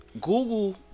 Google